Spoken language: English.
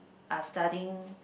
are studying